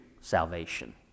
salvation